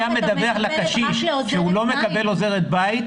אומר לקשיש שהוא לא מקבל עוזרת בית,